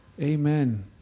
Amen